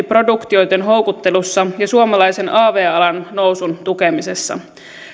produktioitten houkuttelussa ja suomalaisen av alan nousun tukemisessa